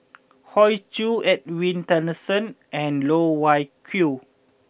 Hoey Choo Edwin Tessensohn and Loh Wai Kiew